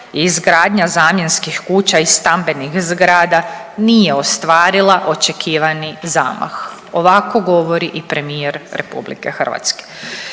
izgradnja zamjenskih kuća i stambenih zgrada nije ostvarila očekivani zamah. Ovako govori i premijer RH.